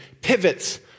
pivots